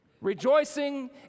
Rejoicing